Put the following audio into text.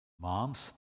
Moms